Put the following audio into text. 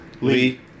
Lee